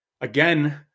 again